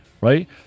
right